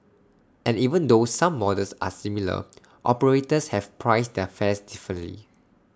and even though some models are similar operators have priced their fares differently